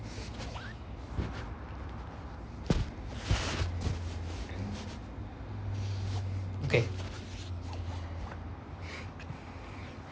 okay